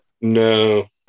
No